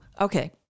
Okay